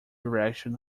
direction